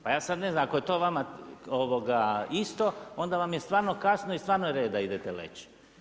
Pa ja sada ne znam ako je to vama isto onda vam je stvarno kasno i stvarno je red da idete leć.